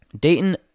Dayton